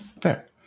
Fair